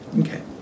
Okay